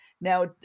now